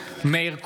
אינו נוכח מאיר כהן,